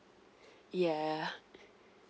yeah